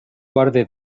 guarde